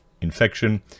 infection